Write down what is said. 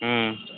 हूँ